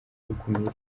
gukumira